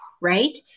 right